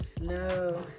no